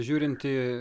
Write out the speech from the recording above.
žiūrinti į